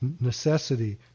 necessity